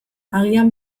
agian